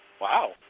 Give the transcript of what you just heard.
Wow